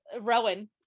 Rowan